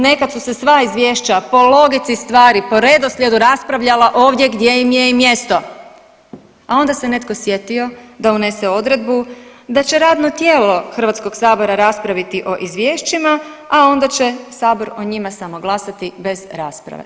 Nekad su se sva izvješća po logici stvari, po redoslijedu raspravljala ovdje gdje im je i mjesto, a onda se netko sjetio da unese odredbu, da će radno tijelo Hrvatskog sabora raspraviti o izvješćima, a onda će Sabor o njima samo glasati bez rasprave.